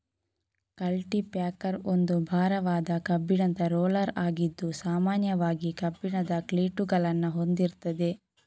culti packer ಒಂದು ಭಾರವಾದ ಕಬ್ಬಿಣದ ರೋಲರ್ ಆಗಿದ್ದು ಸಾಮಾನ್ಯವಾಗಿ ಕಬ್ಬಿಣದ ಕ್ಲೀಟುಗಳನ್ನ ಹೊಂದಿರ್ತದೆ